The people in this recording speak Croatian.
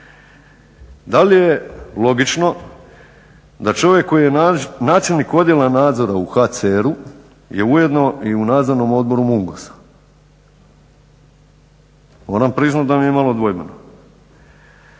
Da li je logično da čovjek koji je načelnik Odjela nadzora u HCR-u je ujedno i u Nadzornom odboru MUNGOS-a. Moram priznat da mi je malo dvojbeno.